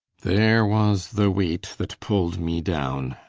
there was the waight that pull'd me downe.